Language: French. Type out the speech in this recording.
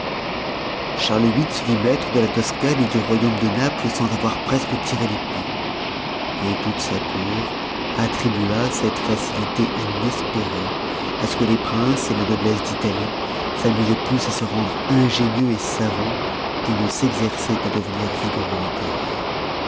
charles viii se vit maître de la toscane du royaume de naples sans avoir presque tiré l'épée toute sa cour attribua cette facilité inespérée à ce que les princes la noblesse d'italie s'amusoient plus à se rendre ingénieux savants qu'ils ne s'éxerçoient à devenir vigoureux guerriers